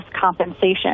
compensation